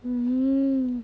mm